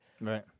Right